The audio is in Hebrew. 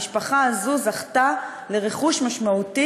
המשפחה הזאת זכתה לרכוש משמעותי,